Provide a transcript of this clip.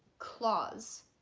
claws